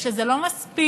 ושזה לא מספיק,